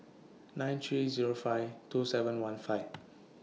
nine three Zero five two seven one five